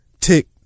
tick